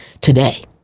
today